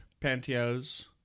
pantyhose